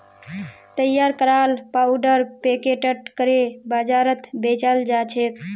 तैयार कराल पाउडर पैकेटत करे बाजारत बेचाल जाछेक